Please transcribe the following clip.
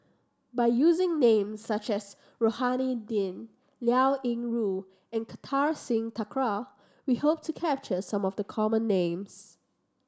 by using names such as Rohani Din Liao Yingru and Kartar Singh Thakral we hope to capture some of the common names